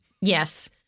yes